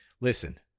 listen